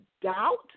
doubt